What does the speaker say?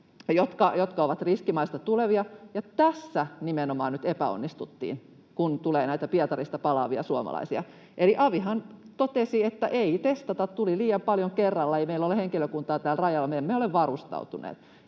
jotka ovat riskimaita. Ja tässä nimenomaan nyt epäonnistuttiin, kun tulee näitä Pietarista palaavia suomalaisia, eli avihan totesi, että ei testata, tuli liian paljon kerralla, ei meillä ole henkilökuntaa täällä rajalla, me emme ole varustautuneet,